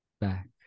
Back